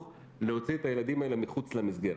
להוציא את הילדים האלה מחוץ למסגרת.